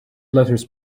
letter